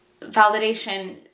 Validation